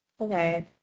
Okay